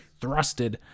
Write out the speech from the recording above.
thrusted